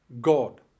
God